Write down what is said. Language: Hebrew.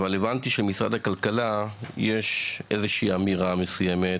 אבל הבנתי שמשרד הכלכלה יש איזה שהיא אמירה מסוימת,